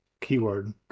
keyword